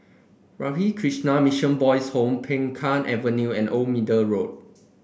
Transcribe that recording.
Ramakrishna Mission Boys' Home Peng Kang Avenue and Old Middle Road